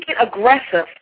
aggressive